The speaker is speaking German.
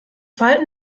verhalten